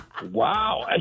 Wow